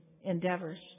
endeavors